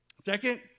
Second